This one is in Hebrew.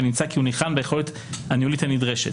ונמצא כי הוא ניחן ביכולת הניהולית הנדרשת".